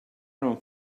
non